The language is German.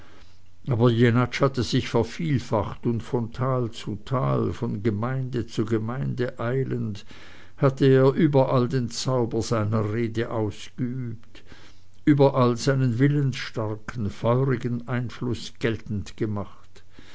aber jenatsch hatte sich vervielfacht und von tal zu tale von gemeinde zu gemeinde eilend hatte er überall den zauber seiner rede ausgeübt überall seinen willensstarken feurigen einfluß geltend gemacht